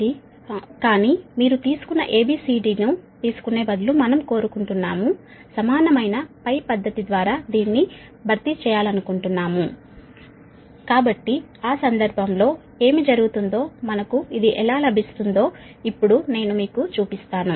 ఇది కానీ మీరు తీసుకున్న A B C D ను తీసుకునే బదులు మనం కోరుకుంటున్నాము సమానమైన పద్ధతి ద్వారా దీన్ని భర్తీ చేయాలనుకుంటున్నాము కాబట్టి ఆ సందర్భంలో ఏమి జరుగుతుందో మనకు ఇది ఎలా లభిస్తుందో ఇప్పుడు నేను మీకు చూపిస్తాను